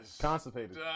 Constipated